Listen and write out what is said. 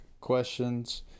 questions